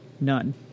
None